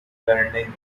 learning